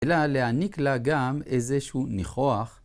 אלא להעניק לה גם איזשהו ניחוח.